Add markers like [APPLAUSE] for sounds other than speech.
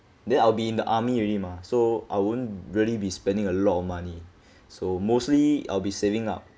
then I'll be in the army already mah so I won't really be spending a lot of money [BREATH] so mostly I'll be saving up